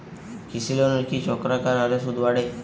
কৃষি লোনের কি চক্রাকার হারে সুদ বাড়ে?